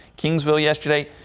kingsville yesterday.